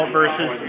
versus